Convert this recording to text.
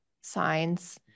signs